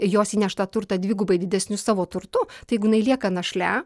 jos įneštą turtą dvigubai didesniu savo turtu tai jeigu jinai lieka našle